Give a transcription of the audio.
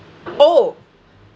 oh